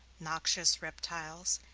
noxious reptiles,